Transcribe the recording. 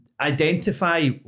Identify